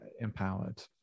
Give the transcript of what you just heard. empowered